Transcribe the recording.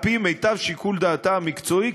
על-פי מיטב שיקול דעתה המקצועי,